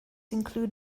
include